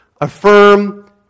Affirm